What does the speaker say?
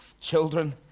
children